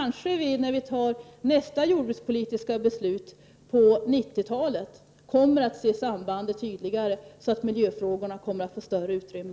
När vi fattar nästa jordbrukspolitiska beslut en bit in på 90-talet kommer vi måhända att tydligare se sambandet så att miljöfrågorna får större utrymme.